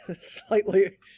Slightly